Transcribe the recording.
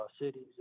cities